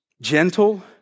Gentle